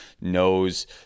knows